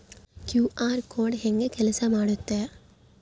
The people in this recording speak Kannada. ಕ್ಯೂ.ಆರ್ ಕೋಡ್ ಹೆಂಗ ಕೆಲಸ ಮಾಡುತ್ತೆ?